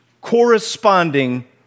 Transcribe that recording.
corresponding